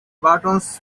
buttons